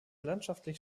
landschaftlich